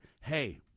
hey